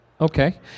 Okay